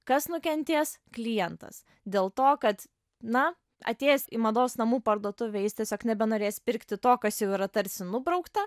kas nukentės klientas dėl to kad na atėjęs į mados namų parduotuvę jis tiesiog nebenorės pirkti to kas jau yra tarsi nubraukta